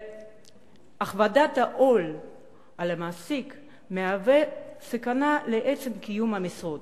והכבדת העול על המעסיק מהווה סכנה לעצם קיום המשרות.